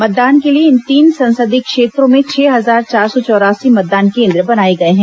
मतदान के लिए इन तीन संसदीय क्षेत्रों में छह हजार चार सौ चौरासी मतदान केन्द्र बनाए गए हैं